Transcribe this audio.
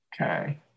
Okay